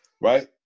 Right